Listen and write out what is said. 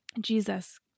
Jesus